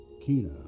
Kina